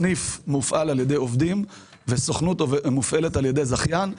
סניף מופעל על ידי עובדים וסוכנות מופעלת על ידי זכיין,